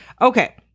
Okay